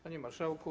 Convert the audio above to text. Panie Marszałku!